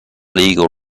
legal